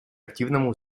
активному